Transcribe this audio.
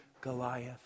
Goliath